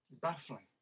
baffling